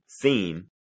theme